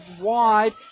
wide